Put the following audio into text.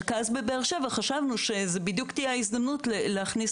חשבנו שזו בדיוק תהיה ההזדמנות להכניס